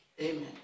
amen